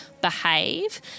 Behave